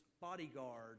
bodyguard